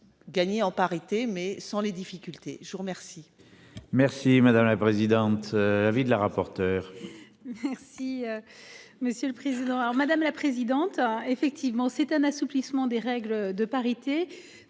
Gagner en parité mais sans les difficultés je vous remercie. Merci madame la présidente. La vie de la rapporteure. Merci. Monsieur le Président. Alors madame la présidente. Effectivement c'est un assouplissement des règles de parité